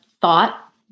thought